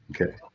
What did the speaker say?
Okay